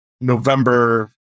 November